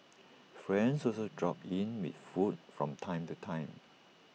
friends also drop in with food from time to time